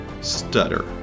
stutter